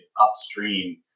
upstream